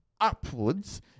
upwards